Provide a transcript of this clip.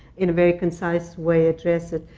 in a very concise way, address it.